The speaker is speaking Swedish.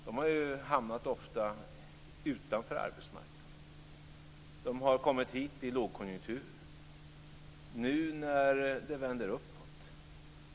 De har ju ofta hamnat utanför arbetsmarknaden. De har kommit hit i lågkonjunktur. Nu vänder det uppåt.